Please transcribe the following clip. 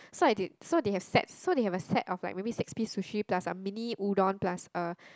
so I did so they have set so they have a set of like maybe six piece sushi plus a mini udon plus a